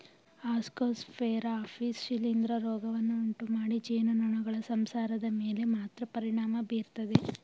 Ascosphaera apis ಶಿಲೀಂಧ್ರ ರೋಗವನ್ನು ಉಂಟುಮಾಡಿ ಜೇನುನೊಣಗಳ ಸಂಸಾರದ ಮೇಲೆ ಮಾತ್ರ ಪರಿಣಾಮ ಬೀರ್ತದೆ